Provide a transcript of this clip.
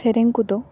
ᱥᱮᱨᱮᱧ ᱠᱚᱫᱚ